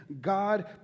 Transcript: God